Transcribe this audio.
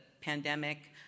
pandemic